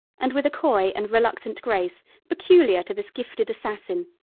and with a coy and reluctant grace peculiar to this gifted assassin,